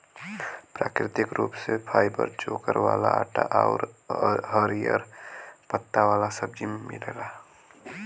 प्राकृतिक रूप से फाइबर चोकर वाला आटा आउर हरिहर पत्ता वाला सब्जी में मिलेला